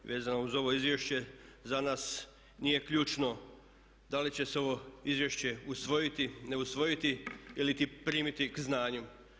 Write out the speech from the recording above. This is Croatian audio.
Vezano uz ovo izvješće za nas nije ključno da li će se ovo izvješće usvojiti, ne usvojiti iliti primiti k znanju.